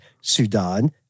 Sudan